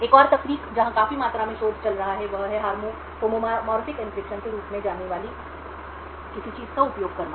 एक और तकनीक जहां काफी मात्रा में शोध चल रहा है वह है होमोमोर्फिक एन्क्रिप्शन के रूप में जानी जाने वाली किसी चीज़ का उपयोग करना